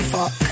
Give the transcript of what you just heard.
Fuck